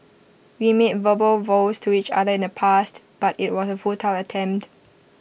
we made verbal vows to each other in the past but IT was A futile attempt